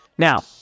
Now